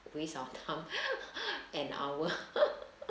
waste our time an hour